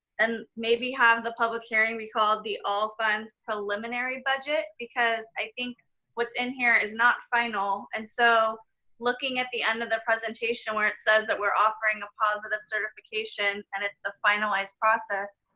and maybe have the public hearing be called the all funds preliminary budget because i think what's in here is not final. and so looking at the end of the presentation, where it says that we're offering a positive certification and it's the finalized process,